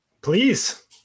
Please